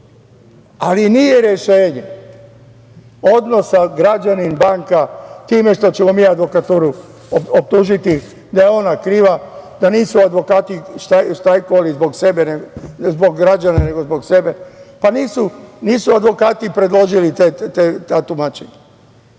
Ali nije rešenje odnosa građanin-banka time što ću vam ja advokaturu optužiti da je ona kriva, da nisu advokati štrajkovali zbog građana nego zbog sebe. Pa nisu advokati predložili ta tumačenja,